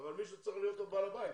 אבל מישהו צריך להיות בעל בית,